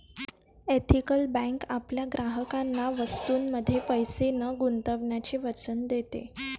ethical bank आपल्या ग्राहकांना वस्तूंमध्ये पैसे न गुंतवण्याचे वचन देते